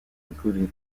including